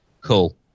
Cool